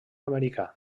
americà